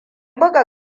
buga